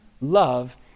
love